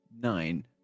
nine